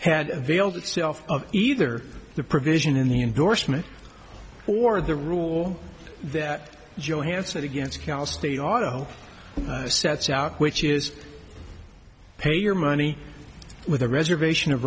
had availed itself of either the provision in the endorsement or the rule that johanson against cal state auto sets out which is pay your money with a reservation of